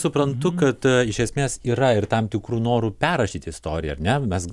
suprantu kad iš esmės yra ir tam tikrų norų perrašyti istoriją ar ne mes